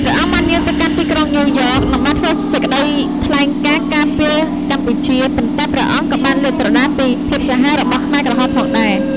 ព្រះអង្គបានយាងទៅកាន់ទីក្រុងញូវយ៉ក និងបានធ្វើសេចក្ដីថ្លែងការណ៍ការពារកម្ពុជា ប៉ុន្តែព្រះអង្គក៏បានលាតត្រដាងពីភាពសាហាវរបស់ខ្មែរក្រហមផងដែរ។